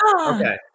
Okay